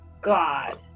God